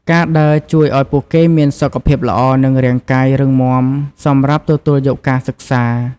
ការដើរជួយឱ្យពួកគេមានសុខភាពល្អនិងរាងកាយរឹងមាំសម្រាប់ទទួលយកការសិក្សា។